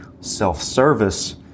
self-service